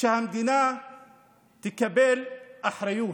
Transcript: שהמדינה תקבל אחריות.